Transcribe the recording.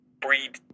breed